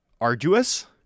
arduous